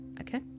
Okay